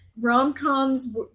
rom-coms